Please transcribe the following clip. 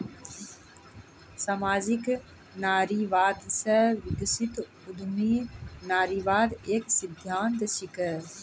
सामाजिक नारीवाद से विकसित उद्यमी नारीवाद एक सिद्धांत छिकै